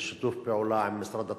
בשיתוף פעולה עם משרד התחבורה,